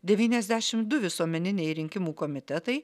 devyniasdešim du visuomeniniai rinkimų komitetai